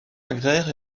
agraire